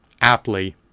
aptly